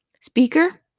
speaker